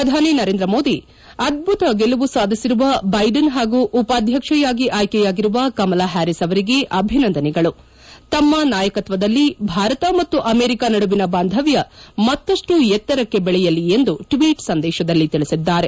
ಪ್ರಧಾನಿ ನರೇಂದ್ರ ಮೋದಿ ಅದ್ದುತ ಗೆಲುವು ಸಾಧಿಸಿರುವ ಬೈಡನ್ ಹಾಗೂ ಉಪಾಧ್ಯಕ್ಷೆಯಾಗಿ ಆಯ್ಕೆಯಾಗಿರುವ ಕಮಲಾ ಪ್ಕಾರಿಸ್ ಅವರಿಗೆ ಅಭಿನಂದನೆಗಳು ತಮ್ಮ ನಾಯಕತ್ವದಲ್ಲಿ ಭಾರತ ಮತ್ತು ಅಮೆರಿಕ ನಡುವಿನ ಬಾಂಧವ್ಯ ಮತ್ತಷ್ಟು ಎತ್ತರಕ್ಕೆ ಬೆಳೆಯಲಿ ಎಂದು ಟ್ವೀಟ್ ಸಂದೇಶದಲ್ಲಿ ತಿಳಿಸಿದ್ದಾರೆ